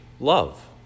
love